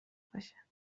باشه